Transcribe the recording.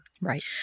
Right